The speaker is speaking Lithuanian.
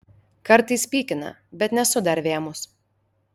kartais pykina bet nesu dar vėmus